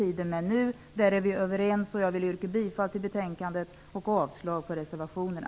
Vi är överens om dessa frågor, och jag vill yrka bifall till hemställan i betänkandet och avslag på reservationerna.